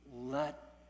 Let